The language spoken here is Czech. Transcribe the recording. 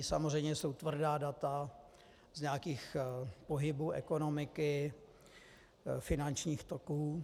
Samozřejmě že jsou tvrdá data z nějakých pohybů ekonomiky, finančních toků.